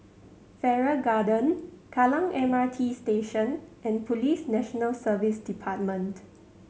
Farrer Garden Kallang M R T Station and Police National Service Department